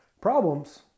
Problems